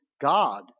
God